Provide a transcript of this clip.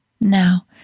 Now